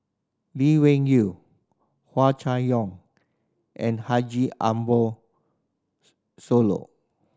Lee Wung Yew Hua Chai Yong and Haji Ambo Sooloh